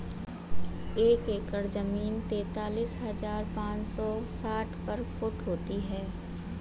एक एकड़ जमीन तैंतालीस हजार पांच सौ साठ वर्ग फुट होती है